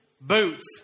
Boots